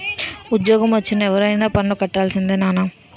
ఉజ్జోగమొచ్చిన ఎవరైనా పన్ను కట్టాల్సిందే నాన్నా